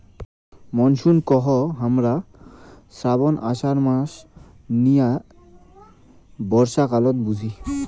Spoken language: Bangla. মনসুন কহু হামরা শ্রাবণ, আষাঢ় মাস নিয়ে বর্ষাকালত বুঝি